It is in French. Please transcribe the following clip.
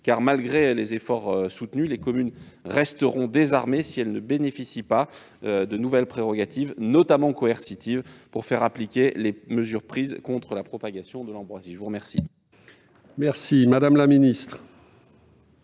malgré leurs efforts soutenus, les communes resteront désarmées si elles ne bénéficient pas de nouvelles prérogatives, notamment coercitives, pour faire appliquer les mesures prises contre la propagation de cette plante. La parole est à Mme la ministre